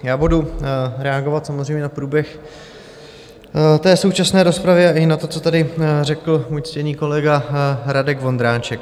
Já budu reagovat samozřejmě na průběh současné rozpravy a i na to, co tady řekl můj ctěný kolega Radek Vondráček.